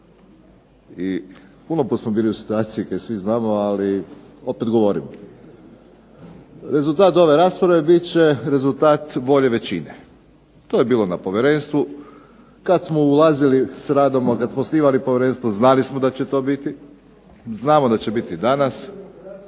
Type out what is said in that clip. i puno puta smo bili u situaciji kad svi znamo, ali opet govorimo. Rezultat ove rasprave bit će rezultat volje većine. To je bilo na povjerenstvu. Kad smo ulazili s radovima, kad smo osnivali povjerenstvo znali smo da će to biti, znamo da će biti danas,